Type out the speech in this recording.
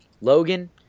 Logan